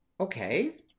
Okay